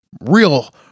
Real